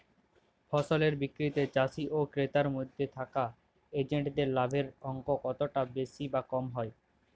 ফসলের বিক্রিতে চাষী ও ক্রেতার মধ্যে থাকা এজেন্টদের লাভের অঙ্ক কতটা বেশি বা কম হয়?